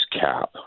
cap